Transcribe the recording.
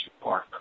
Park